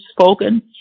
spoken